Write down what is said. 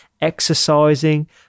exercising